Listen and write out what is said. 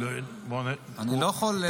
אני מבין שמחר מצביעים על גירוש משפחות מחבלים?